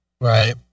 Right